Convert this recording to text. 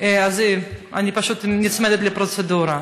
אני פשוט נצמדת לפרוצדורה.